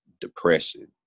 depression